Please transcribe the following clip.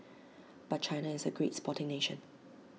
but China is A great sporting nation